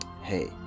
Hey